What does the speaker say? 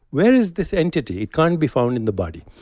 where is this entity? it can't be found in the body.